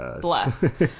bless